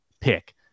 pick